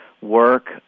work